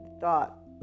thought